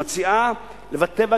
שמציעה לבטל,